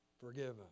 forgiven